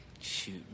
shoot